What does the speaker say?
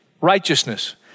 righteousness